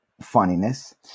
funniness